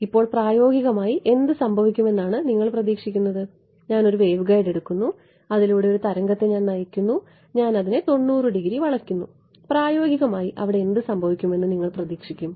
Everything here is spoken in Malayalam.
ഇപ്പോൾ പ്രായോഗികമായി എന്ത് സംഭവിക്കുമെന്നാണ് നിങ്ങൾ പ്രതീക്ഷിക്കുന്നത് ഞാൻ ഒരു വേവ്ഗൈഡ് എടുക്കുന്നു അതിലൂടെ ഒരു തരംഗത്തെ ഞാൻ നയിക്കുന്നു ഞാൻ അതിനെ 90 ഡിഗ്രി വളയ്ക്കുന്നു പ്രായോഗികമായി അവിടെ എന്ത് സംഭവിക്കുമെന്ന് നിങ്ങൾ പ്രതീക്ഷിക്കും